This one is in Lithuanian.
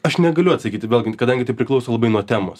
aš negaliu atsakyti vėlgi kadangi tai priklauso labai nuo temos